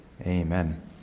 amen